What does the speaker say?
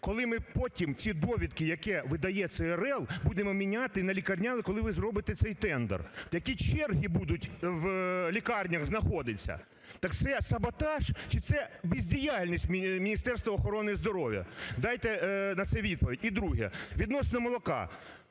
Коли ми потім ці довідки, яке видає ЦРЛ, будемо міняти на лікарняні, коли ви зробите цей тендер? Які черги будуть в лікарнях знаходиться? Так це саботаж чи це бездіяльність Міністерства охорони здоров'я? Дайте на це відповідь. І друге. Відносно молока.